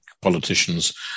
politicians